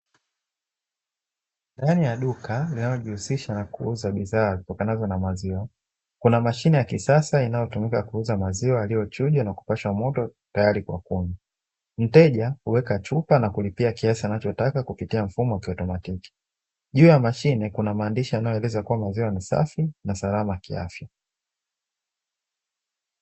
Ndani ya duka linalojiusisha na kuuza bidhaa zitokanazo na maziwa kunamashine yakisasa inayotumika kuuza maziwa yaliyochujwa na kupasha moto tayari kwa kunywa, mteja huweka chupa na kulipia kiasi anachotaka kupitia mfumo wa kiautomatiki, juu ya mashine kuna maandishi yanayoeleza kwamba maziwa ni safi na salama kiafya.